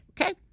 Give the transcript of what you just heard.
Okay